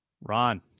Ron